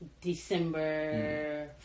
December